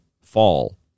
fall